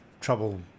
trouble